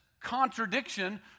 contradiction